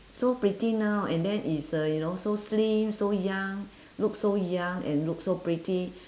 so pretty now and then is uh you know so slim so young look so young and look so pretty